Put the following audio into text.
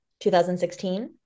2016